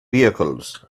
vehicles